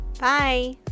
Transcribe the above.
Bye